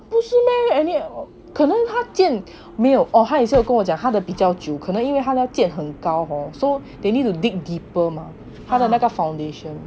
不是 meh and then 可能他建没有 oh 他也是有跟我讲他的比较久可能因为他那建很高 hor so they need to dig deeper mah 他的那个 foundation